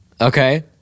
Okay